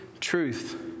truth